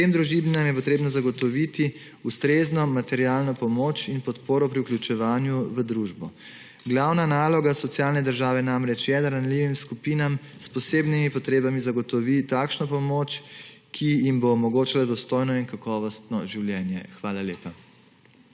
Tem družinam je potrebno zagotoviti ustrezno materialno pomoč in podporo pri vključevanju v družbo. Glavna naloga socialne države je namreč, da ranljivim skupinam s posebnimi potrebami zagotovi takšno pomoč, da jim bo omogočila dostojno in kakovostno življenje. Hvala lepa.